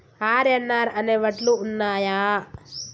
RNR అనే వడ్లు ఉన్నయా?